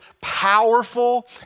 powerful